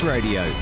Radio